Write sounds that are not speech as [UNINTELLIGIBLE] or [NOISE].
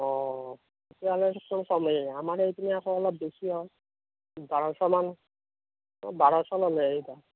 অ তেতিয়াহ'লেচোন কমেই আমাৰ এইপিনে আকৌ অলপ বেছি হ'ল [UNINTELLIGIBLE]